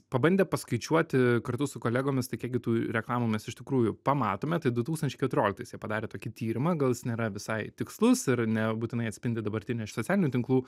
pabandė paskaičiuoti kartu su kolegomis tai kiek gi tų reklamų mes iš tikrųjų pamatome tai du tūkstančiai keturioliktais jie padarė tokį tyrimą gal jis nėra visai tikslus ir ne būtinai atspindi dabartinę socialinių tinklų